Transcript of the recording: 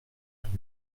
dont